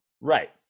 Right